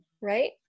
Right